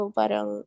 parang